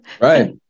right